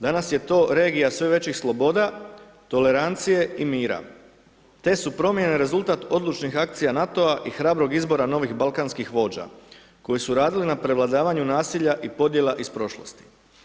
Danas je to regija sve većih sloboda, tolerancije i mira te su promjene rezultat odlučnih akcija NATO-a i hrabrog izbora novih balkanskih vođa koji su radili na prevladavanju nasilja i podjela iz prošlosti.